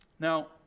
Now